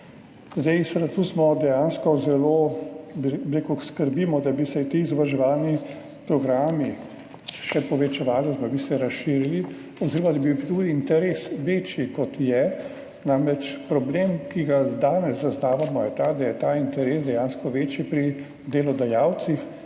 na 18 šolah. Tu dejansko zelo skrbimo, da bi se ti izobraževalni programi še povečevali oziroma bi se razširili oziroma da bi bil interes večji, kot je. Namreč problem, ki ga danes zaznavamo, je ta, da je ta interes dejansko večji pri delodajalcih